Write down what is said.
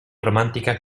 romántica